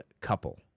COUPLE